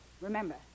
Remember